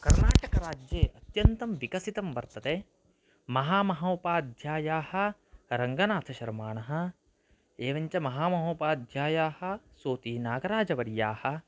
कर्नाटकराज्ये अत्यन्तं विकसितं वर्तते महामहोपाध्यायाः रङ्गनाथशर्मणः एवं महामहोपाध्यायाः सो ति नागराजवर्याः